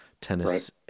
tennis